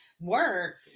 work